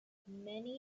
many